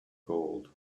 gold